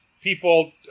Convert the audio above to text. people